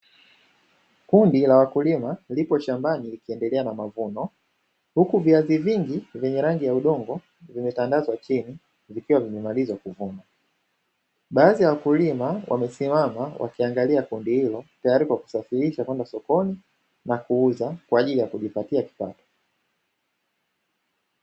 Kundi la wakulima lipo shambani likiendelea na mavuno huku viazi vingi venye rangi ya udongo vimetandazwa chini vikiwa vimemaliza kuvunwa. Baadhi ya wakulima wamesimama wakiangalia kundi hilo tayari kwa kusafirisha na kwenda sokoni kwa kuuzwa kwa ajili ya kujipatia kipato.